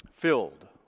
Filled